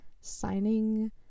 signing